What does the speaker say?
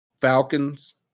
Falcons